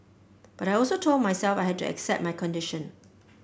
but I also told myself I had to accept my condition